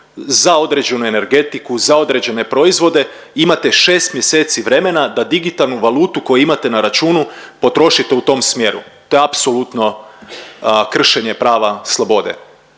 za određenu energetiku, za određene proizvode imate 6 mjeseci vremena da digitalnu valutu koju imate na računu potrošite u tom smjeru. To je apsolutno kršenje prava slobode